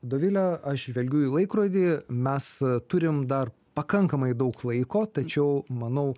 dovile aš žvelgiu į laikrodį mes turim dar pakankamai daug laiko tačiau manau